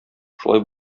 шулай